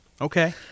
okay